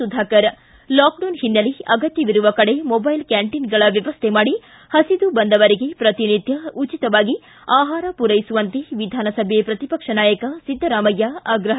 Sudhakar lockdown ಹಿನ್ನೆಲೆ ಅಗತ್ಯವಿರುವ ಕಡೆ ಮೊದೈಲ್ ಕ್ಯಾಂಟೀನ್ಗಳ ವ್ಯವಸ್ಥೆ ಮಾಡಿ ಪ್ರತಿನಿತ್ಯ ಉಚಿತವಾಗಿ ಆಹಾರ ಪೂರೈಸುವಂತೆ ವಿಧಾನಸಭೆ ಪ್ರತಿಪಕ್ಷ ನಾಯಕ ಸಿದ್ದರಾಮಯ್ಯ ಆಗ್ರಹ